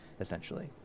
essentially